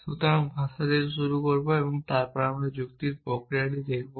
সুতরাং ভাষা দিয়ে শুরু করব এবং তারপরে আমরা যুক্তির প্রক্রিয়াটি দেখব